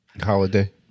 Holiday